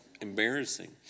Embarrassing